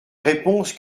réponse